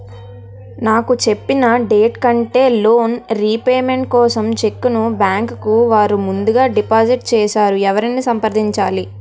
నాకు చెప్పిన డేట్ కంటే లోన్ రీపేమెంట్ కోసం చెక్ ను బ్యాంకు వారు ముందుగా డిపాజిట్ చేసారు ఎవరిని సంప్రదించాలి?